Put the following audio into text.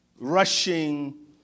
rushing